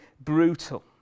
brutal